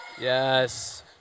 Yes